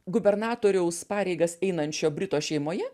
gubernatoriaus pareigas einančio brito šeimoje